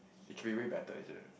it should be way better isn't it